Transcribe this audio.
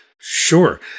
sure